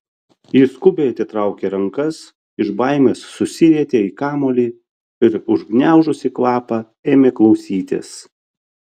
ji skubiai atitraukė rankas iš baimės susirietė į kamuolį ir užgniaužusi kvapą ėmė klausytis